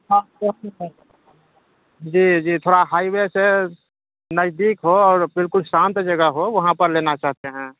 جی جی تھوڑا highway سے نزدیک ہو اور بالکل شانت جگہ ہو وہاں پر لینا چاہتے ہیں